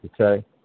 Okay